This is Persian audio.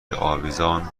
آویزان